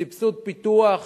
סבסוד פיתוח